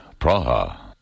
Praha